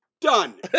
Done